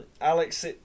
Alex